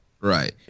Right